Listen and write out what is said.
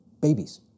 Babies